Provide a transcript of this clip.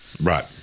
Right